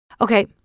Okay